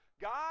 God